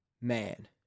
man